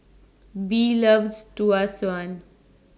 Bee loves Tau Suan